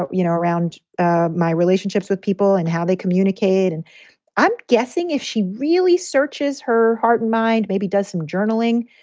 but you know, around ah my relationships with people and how they communicate. and i'm guessing if she really searches her heart and mind, maybe does some journaling.